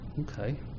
okay